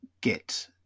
get